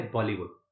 Bollywood